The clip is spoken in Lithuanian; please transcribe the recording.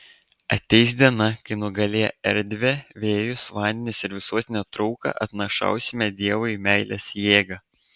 ateis diena kai nugalėję erdvę vėjus vandenis ir visuotinę trauką atnašausime dievui meilės jėgą